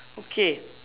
okay